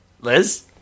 liz